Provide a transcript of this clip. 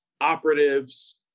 operatives